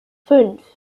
fünf